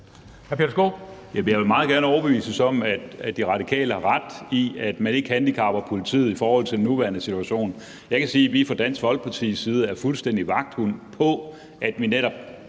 Jeg vil gerne overbevises om, at De Radikale har ret i, at man ikke handicapper politiet i forhold til den nuværende situation. Jeg kan sige, at vi fra Dansk Folkepartis side fuldstændig er vagthunde over for, at vi netop